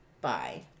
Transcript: bye